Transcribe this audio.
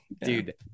dude